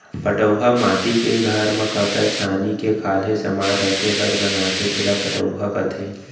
पटउहॉं माटी के घर म खपरा छानही के खाल्हे समान राखे बर बनाथे तेला पटउहॉं कथें